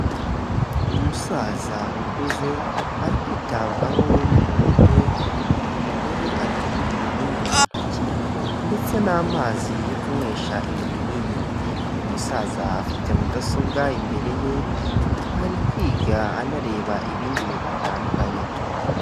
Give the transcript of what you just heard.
Umusaza ukuze ari kwitabwaho n'umugore, uyu mugore ari kumuha ibinini mu ntoki ndetse n'amazi yo kunywesha ibi binini. Uyu musaza afite mudasobwa imbere ye ari kwiga anareba ibindi bintu bitandukanye.